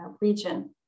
region